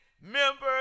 Members